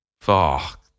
Fuck